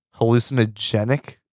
hallucinogenic